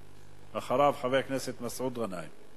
ואחריו, חבר הכנסת מסעוד גנאים.